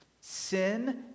Sin